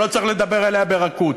שלא צריך לדבר אליה ברכות,